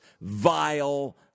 vile